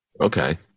Okay